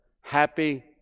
happy